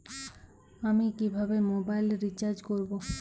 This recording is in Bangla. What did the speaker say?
আমি কিভাবে মোবাইল রিচার্জ করব?